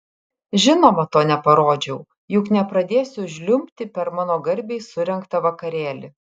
žinoma to neparodžiau juk nepradėsiu žliumbti per mano garbei surengtą vakarėlį